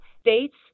States